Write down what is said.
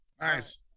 nice